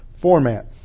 format